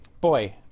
boy